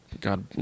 God